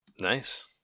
Nice